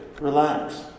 relax